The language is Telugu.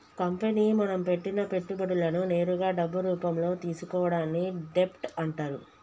కంపెనీ మనం పెట్టిన పెట్టుబడులను నేరుగా డబ్బు రూపంలో తీసుకోవడాన్ని డెబ్ట్ అంటరు